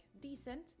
decent